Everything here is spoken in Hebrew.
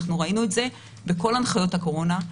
וראינו את זה בכל הנחיות הקורונה.